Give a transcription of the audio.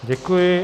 Děkuji.